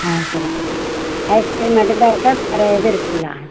ஆ சரிங்க ஐஸ்க்ரீம் மட்டும்தான் இருக்கா வேறு எது இருக்குதுங்களா